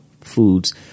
foods